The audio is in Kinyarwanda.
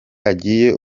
agiye